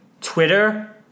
Twitter